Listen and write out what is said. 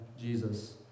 Jesus